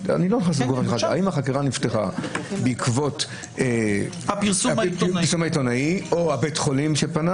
האם החקירה נפתחה בעקבות הפרסום העיתונאי או בית החולים שפנה